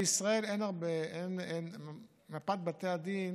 בישראל מפת בתי הדין